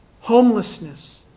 homelessness